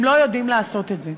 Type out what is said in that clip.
הם לא יודעים לעשות את זה.